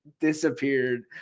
disappeared